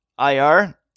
IR